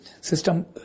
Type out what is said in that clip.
system